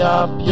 up